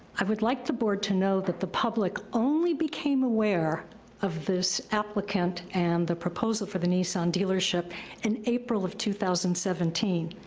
i would like the board to know that the public only became aware of this applicant and the proposal for the nissan dealership in april of two thousand and seventeen.